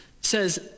says